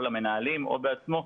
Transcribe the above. או למנהלים או בעצמו,